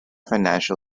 financial